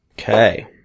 Okay